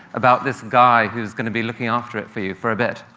about this guy who's going to be looking after it for you for a bit.